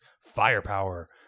Firepower